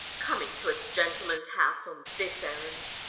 coming to a gentleman's house on this errand!